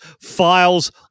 files